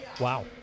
Wow